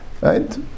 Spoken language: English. Right